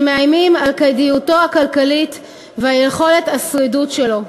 שמאיימים על כדאיותו הכלכלית ועל יכולת השרידות שלו.